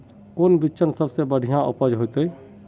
कौन बिचन सबसे बढ़िया उपज होते?